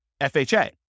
FHA